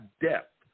depth